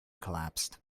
collapsed